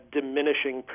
diminishing